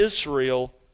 Israel